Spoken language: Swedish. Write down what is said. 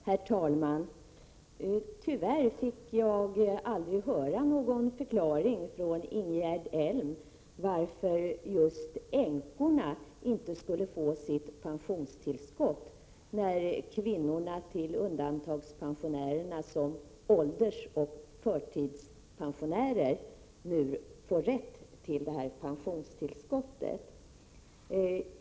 Herr talman! Tyvärr fick jag aldrig någon förklaring från Ingegerd Elm till varför just änkorna inte skulle få sitt pensionstillskott, när hustrurna till de s.k. undantagandepensionärerna såsom åldersoch förtidspensionärer nu får rätt till pensionstillskott.